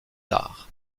arts